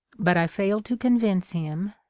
but i failed to convince him,